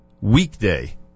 weekday